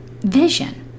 vision